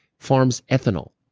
farms ethanol.